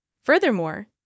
Furthermore